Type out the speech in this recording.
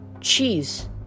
Cheese